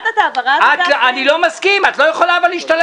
אני רוצה לשאול